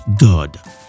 god